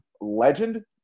legend